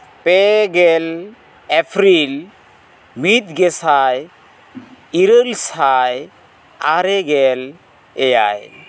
ᱯᱮᱜᱮᱞ ᱮᱯᱨᱤᱞ ᱢᱤᱫ ᱜᱮᱥᱟᱭ ᱤᱨᱟᱹᱞ ᱥᱟᱭ ᱟᱨᱮᱜᱮᱞ ᱮᱭᱟᱭ